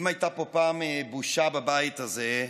אם הייתה פה פעם בושה בבית הזה,